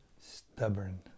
stubborn